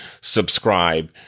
subscribe